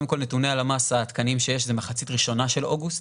קודם כל נתוני הלמ"ס העדכניים שיש זה מחצית ראשונה של אוגוסט,